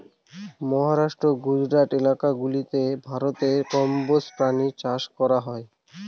মহারাষ্ট্র, গুজরাট এলাকা গুলাতে ভারতে কম্বোজ প্রাণী চাষ করা হয়